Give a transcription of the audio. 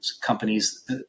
companies